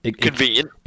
Convenient